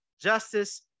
justice